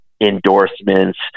endorsements